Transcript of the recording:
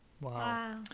Wow